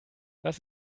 was